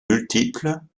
multiples